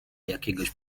jakiegoś